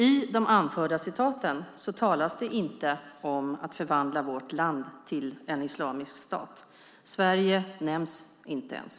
I de anförda citaten talas det inte om att förvandla vårt land till en islamisk stat - Sverige nämns inte ens.